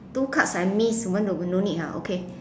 two cards I missed want to no need ah okay